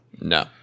no